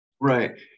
Right